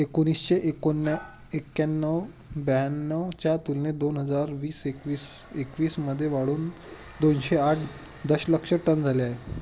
एकोणीसशे एक्क्याण्णव ब्याण्णव च्या तुलनेत दोन हजार वीस एकवीस मध्ये वाढून दोनशे आठ दशलक्ष टन झाले आहे